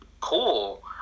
cool